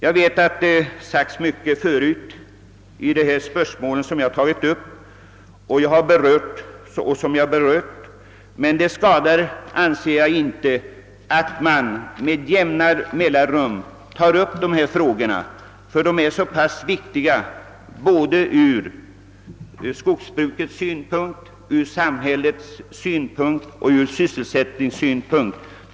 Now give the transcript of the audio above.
Jag vet att det redan sagts mycket om de spörsmål jag här berört, men det skadar enligt min mening inte att dessa frågor med vissa mellanrum tas upp, ty de är synnerligen viktiga ur både skogsbrukets och samhällets synpunkt och även ur sysselsättningssynpunkt.